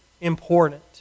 important